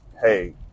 hey